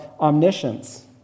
omniscience